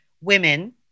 women